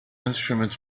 instruments